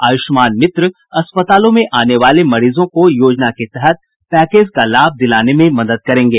आयुष्मान मित्र अस्पतालों में आने वाले मरीजों को योजना के तहत पैकेज का लाभ दिलाने में मदद करेंगे